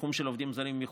תחום העובדים הזרים מחו"ל,